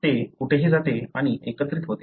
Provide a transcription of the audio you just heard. ते कुठेही जाते आणि एकत्रित होते